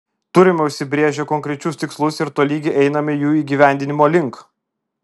turime užsibrėžę konkrečius tikslus ir tolygiai einame jų įgyvendinimo link